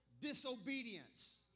disobedience